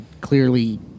clearly